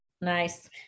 Nice